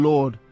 Lord